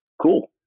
cool